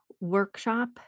workshop